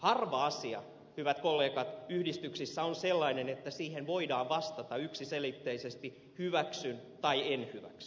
harva asia hyvät kollegat yhdistyksissä on sellainen että siihen voidaan vastata yksiselitteisesti hyväksyn tai en hyväksy